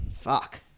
Fuck